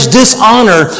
dishonor